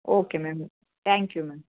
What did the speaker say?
okay ma'am thank you ma'am